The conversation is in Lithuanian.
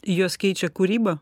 juos keičia kūryba